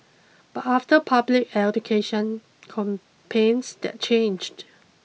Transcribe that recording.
but after public education campaigns that changed